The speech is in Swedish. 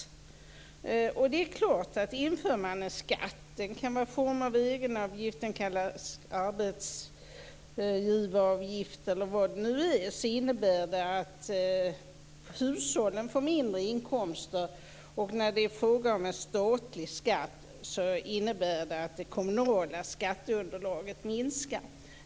Inför man en skatt - det kan t.ex. vara i form av egenavgift eller arbetsgivaravgift - innebär det att hushållen får mindre inkomster. När det är fråga om en statlig skatt minskar det kommunala skatteunderlaget.